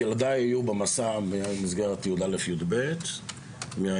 ילדיי היו במסע במסגרת י"א י"ב מהעמק.